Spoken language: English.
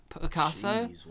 Picasso